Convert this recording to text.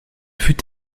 fut